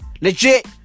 Legit